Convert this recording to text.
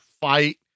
fight